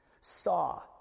saw